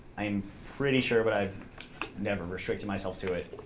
i'm pretty sure, but i've never restricted myself to it,